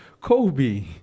Kobe